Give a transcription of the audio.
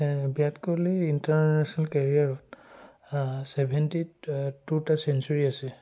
বিৰাট কোহলিৰ ইণ্টাৰনেশ্যনেল কেৰিয়াৰত ছেভেণ্টি টুটা চেঞ্চুৰী আছে